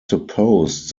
supposed